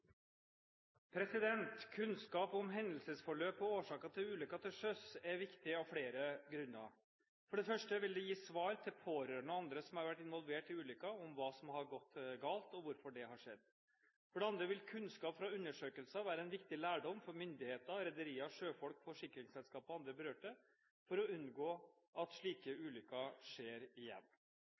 viktig av flere grunner. For det første vil det gi svar til pårørende og andre som har vært involvert i ulykker, om hva som har gått galt, og hvorfor det har skjedd. For det andre vil kunnskap fra undersøkelser være en viktig lærdom for myndigheter, rederier, sjøfolk, forsikringsselskaper og andre berørte, for å unngå at slike ulykker skjer igjen.